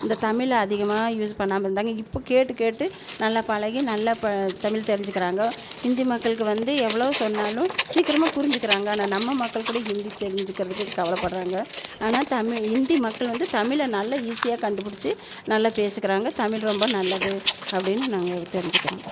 இந்த தமிழை அதிகமாக யூஸ் பண்ணாமல் இருந்தாங்க இப்போது கேட்டு கேட்டு நல்லா பழகி நல்லா இப்போ தமிழ் தெரிஞ்சுக்கிறாங்க ஹிந்தி மக்களுக்கு வந்து எவ்வளோ சொன்னாலும் சீக்கிரமாக புரிஞ்சுக்கிறாங்க ஆனால் நம்ம மக்கள் கூட ஹிந்தி தெரிஞ்சுக்கிறதுக்கு கவலைப்படுறாங்க ஆனால் தமிழ் ஹிந்தி மக்கள் வந்து தமிழை நல்லா ஈஸியாக கண்டுபிடிச்சி நல்லா பேசிக்கிறாங்க தமிழ் ரொம்ப நல்லது அப்படின்னு நாங்கள் தெரிஞ்சுக்கிறோம்